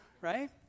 Right